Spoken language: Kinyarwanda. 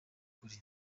ukuri